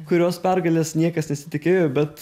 kurios pergalės niekas nesitikėjo bet